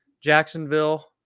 Jacksonville